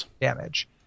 damage